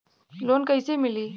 Loan कईसे मिली?